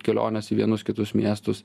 kelionės į vienus kitus miestus